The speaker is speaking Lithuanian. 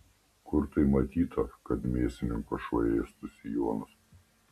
kur tai matyta kad mėsininko šuo ėstų sijonus